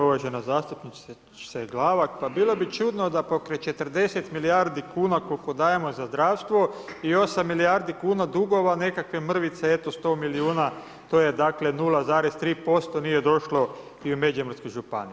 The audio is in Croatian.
Uvažena zastupnice Glavak, pa bilo bi čudno da pokraj 40 milijardi kuna koliko dajemo za zdravstvo i 8 milijardi kuna dugova nekakve mrvice, eto 100 milijuna, to je dakle 0,3%, nije došlo i u Međimursku županiju.